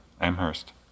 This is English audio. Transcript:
Amherst